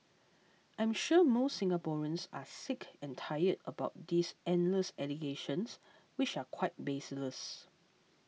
I am sure most Singaporeans are sick and tired about these endless allegations which are quite baseless